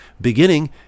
beginning